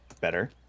better